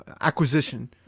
acquisition